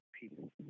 people